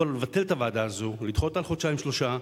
לבטל את הוועדה הזאת, לדחות אותה בחודשיים-שלושה,